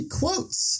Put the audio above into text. quotes